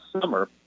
summer